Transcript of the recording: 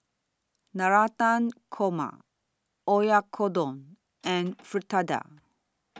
Navratan Korma Oyakodon and Fritada